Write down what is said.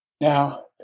Now